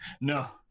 No